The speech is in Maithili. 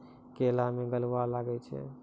करेला मैं गलवा लागे छ?